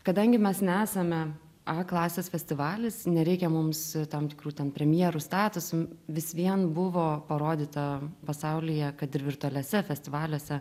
kadangi mes nesame a klasės festivalis nereikia mums tam tikrų ten premjerų statusų vis vien buvo parodyta pasaulyje kad ir virtualiose festivaliuose